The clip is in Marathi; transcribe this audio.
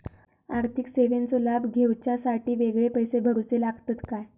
आर्थिक सेवेंचो लाभ घेवच्यासाठी वेगळे पैसे भरुचे लागतत काय?